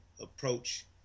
approach